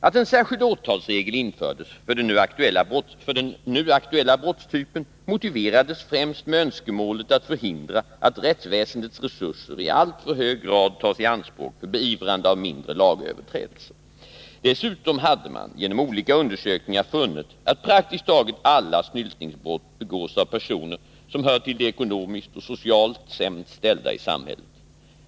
Att en särskild åtalsregel infördes för den nu aktuella brottstypen motiverades främst med önskemålet att förhindra att rättsväsendets resurser i alltför hög grad tas i anspråk för beivrande av mindre lagöverträdelser. Dessutom hade man genom olika undersökningar funnit att praktiskt taget alla snyltningsbrott begås av personer som hör till de ekonomiskt och socialt sämst ställda i samhället.